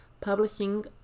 publishing